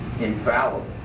infallible